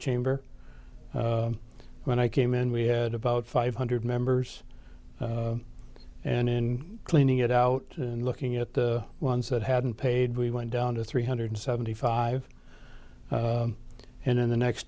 chamber when i came in we had about five hundred members and in cleaning it out and looking at the ones that hadn't paid we went down to three hundred seventy five and in the next